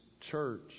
church